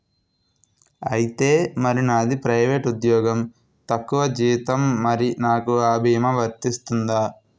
ఐతే మరి నాది ప్రైవేట్ ఉద్యోగం తక్కువ జీతం మరి నాకు అ భీమా వర్తిస్తుందా?